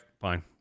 fine